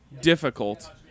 difficult